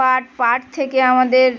পাট পাট থেকে আমাদের